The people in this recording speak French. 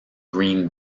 green